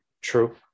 True